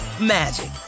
magic